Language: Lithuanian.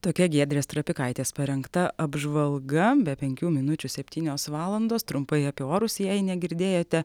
tokia giedrės trapikaitės parengta apžvalga be penkių minučių septynios valandos trumpai apie orus jei negirdėjote